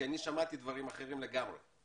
כי אני שמעתי דברים אחרים לגמרי.